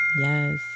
Yes